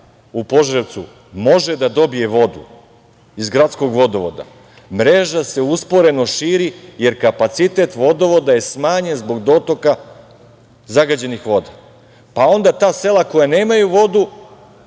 u Požarevcu može da dobije vodu iz gradskog vodovoda, mreža se usporeno širi, jer kapacitet vodovoda je smanjen zbog dotoka zagađenih voda. Onda ta sela koja nemaju vodu